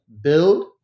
build